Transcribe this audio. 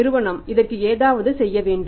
நிறுவனம் இதற்கு ஏதாவது செய்ய வேண்டும்